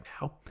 now